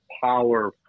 power